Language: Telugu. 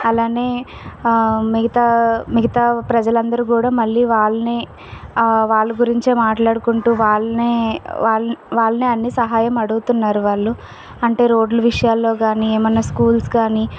అలానే మిగతా మిగతా ప్రజలందరూ కూడా మళ్ళీ వాళ్ళనే వాళ్ళ గురించే మాట్లాడుకుంటూ వాళ్ళని వాళ్ళ వాళ్ళనే అన్ని సహాయం అడుగుతున్నారు వాళ్ళు అంటే రోడ్ల విషయాల్లో కానీ ఏమైనా స్కూల్స్ కానీ